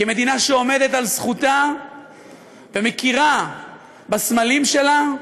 כי מדינה שעומדת על זכותה ומכירה בסמלים שלה,